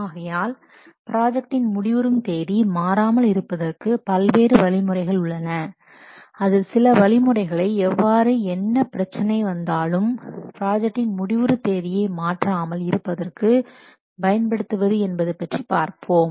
ஆகையால் ப்ராஜெக்டின் முடிவுறும் தேதி மாறாமல் இருப்பதற்கு பல்வேறு வழிமுறைகள் உள்ளன அதில் சில வழிகளை எவ்வாறு என்ன பிரச்சனை வந்தாலும் ப்ராஜெக்டின் முடிவுறு தேதியை மாற்றாமல் இருப்பதற்கு பயன்படுத்துவது என்பது பற்றி பார்ப்போம்